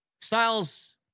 Styles